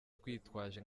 twitwaje